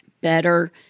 better